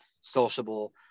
sociable